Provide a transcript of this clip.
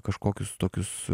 kažkokius tokius